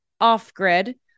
off-grid